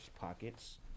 pockets